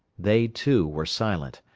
they, too, were silent,